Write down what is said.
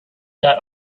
that